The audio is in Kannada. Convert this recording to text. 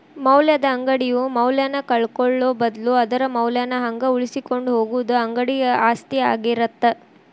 ಮೌಲ್ಯದ ಅಂಗಡಿಯು ಮೌಲ್ಯನ ಕಳ್ಕೊಳ್ಳೋ ಬದ್ಲು ಅದರ ಮೌಲ್ಯನ ಹಂಗ ಉಳಿಸಿಕೊಂಡ ಹೋಗುದ ಅಂಗಡಿ ಆಸ್ತಿ ಆಗಿರತ್ತ